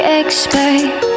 expect